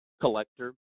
collector